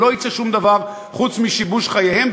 לא יצא שום דבר חוץ משיבוש חייהם,